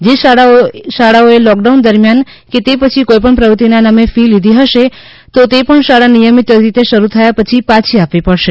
જે શાળાઓ એ લોકડાઉન દરમિયાન કે તે પછી કોઈ પણ પ્રવૃત્તિના નામે ફી લીધી હશે તો તે પણ શાળા નિયમિત રીતે શરુ થયા પછી પાછી આપવી પડશે